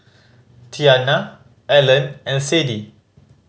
Tianna Allan and Sade